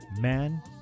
Man